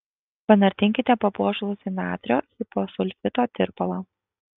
panardinkite papuošalus į natrio hiposulfito tirpalą